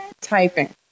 typing